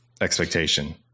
expectation